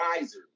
wiser